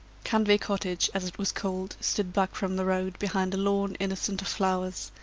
canvey cottage, as it was called, stood back from the road, behind a lawn, innocent of flowers,